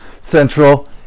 Central